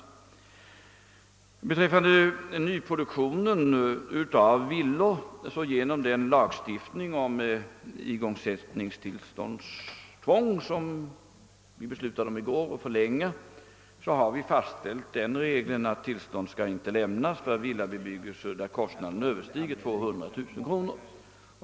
Vad beträffar nyproduktionen av villor har genom den lagstiftning om igångsättningstillstånd, som riksdagen i går beslutade att förlänga, fastställts den regeln att tillstånd inte skall lämnas för sådan villabebyggelse där kostnaden överstiger 200000 kronor.